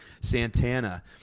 Santana